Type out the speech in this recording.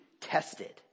tested